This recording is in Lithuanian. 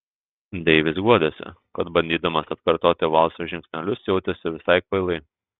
deivis guodėsi kad bandydamas atkartoti valso žingsnelius jautėsi visai kvailai